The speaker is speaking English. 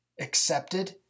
accepted